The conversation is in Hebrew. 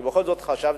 ואני בכל זאת חשבתי